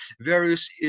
various